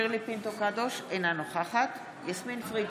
שירלי פינטו קדוש, אינה נוכחת יסמין פרידמן,